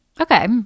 Okay